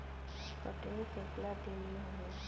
कटनी केतना दिन मे होला?